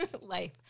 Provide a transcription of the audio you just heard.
life